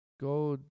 go